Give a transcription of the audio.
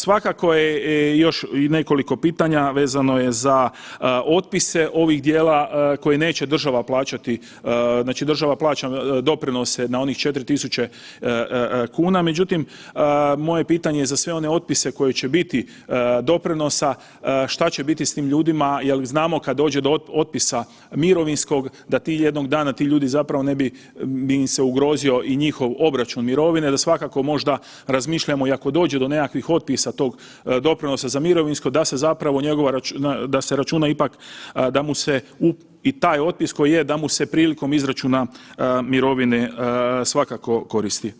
Svakako je još nekoliko pitanja, vezano je za otpise ovih dijela koji neće država plaćati, znači država plaća doprinose na onih 4.000 kuna, međutim moje pitanje za sve one otpise koje će biti doprinosa šta će biti s tim ljudima jer znamo kad dođe do otpisa mirovinskog da ti jednog dana, da ti ljudi zapravo ne bi, bi im se ugrozio i njihov obračun mirovine, da svakako možda razmišljamo i ako dođe do nekakvih otpisa tog doprinosa za mirovinsko da se zapravo njegova, da se računa ipak, da mu se i taj otpis koji je da mu se prilikom izračuna mirovine svakako koristi.